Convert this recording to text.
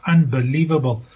Unbelievable